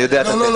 אני יודע --- לא,